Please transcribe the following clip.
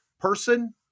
person